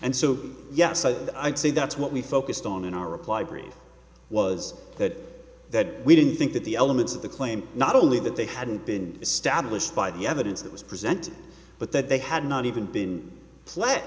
and so yes i think i'd say that's what we focused on in our reply brief was that that we didn't think that the elements of the claim not only that they hadn't been established by the evidence that was present but that they had not even been flat